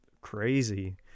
crazy